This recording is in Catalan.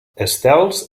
estels